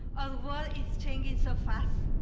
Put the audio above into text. our world is changing so fast,